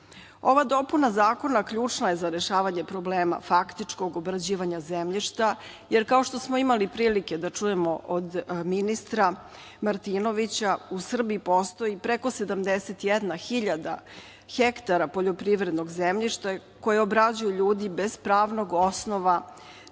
Ova dopuna zakona ključna je za rešavanje problema faktičkog obrađivanja zemljišta jer, kao što smo imali prilike da čujemo od ministra Martinovića, u Srbiji postoji preko 71.000 hektara poljoprivrednog zemljišta koje obrađuju ljudi bez pravnog osnova za